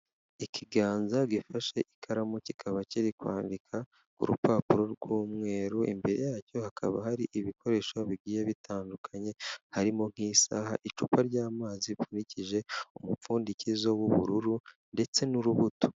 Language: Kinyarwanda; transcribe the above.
Ikiganza gifashe ikaramu kikaba kiri kwandika ku rupapuro rw'umweru, imbere yacyo hakaba hari ibikoresho bigiye bitandukanye harimo nk'isaha, icupa ry'amazi ripfundikije umupfundikizo w'ubururu ndetse n'urubuto.